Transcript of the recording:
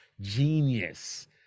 genius